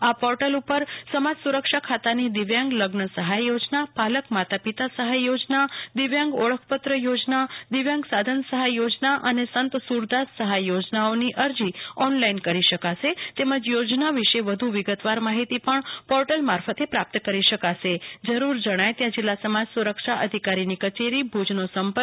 આ પોર્ટલ ઉપર સમાજ સુરક્ષા ખાતાની દિવ્યાંગ લગ્ન સહાય યોજના પાલક માતા પિતા સહાય યોજના દિવ્યાંગ ઓળખપત્ર યોજના દિવ્યાંગ સાધન સહાય યોજના અને સંત સુરદાસ સહાય યોજનાઓની અરજી ઓનલાઇન કરી શકાશે તેમજ યોજના વિશે વધુ વિગતવાર માહિતી પણ પોર્ટલ મારફતે પ્રાપ્ત કરી શકાશે આ બાબતે જરૂર જણાય ત્યાં જિલ્લા સમાજ સુરક્ષા અધિકારીની કચેરી ભુજનો ફોન નાં